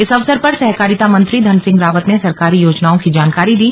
इस अवसर पर सहकारिता मंत्री धनसिंह रावत ने सरकारी योजनाओं की जानकारी दी